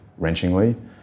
wrenchingly